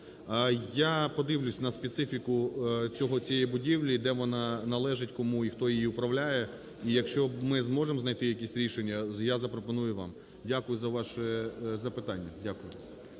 Я подивлюсь на специфіку цієї будівлі, де вона, належить кому і хто нею управляє. І якщо ми зможем знайти якесь рішення, я запропоную вам. Дякую за ваше запитання.